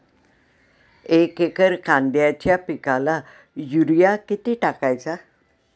एक एकर कांद्याच्या पिकाला युरिया किती टाकायचा?